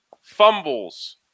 fumbles